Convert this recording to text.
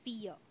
fear